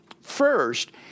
First